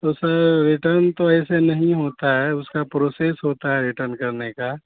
تو sir return تو ایسے نہیں ہوتا ہے اس کا پروسیس ہوتا ہے ریٹرن کرنے کا